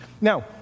Now